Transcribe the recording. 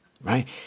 right